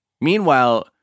Meanwhile